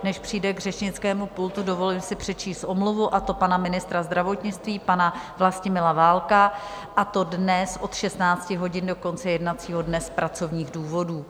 Než přijde k řečnickému pultu, dovolím si přečíst omluvu a to pana ministra zdravotnictví, pana Vlastimila Válka, a to dnes od 16 hodin do konce jednacího dne z pracovních důvodů.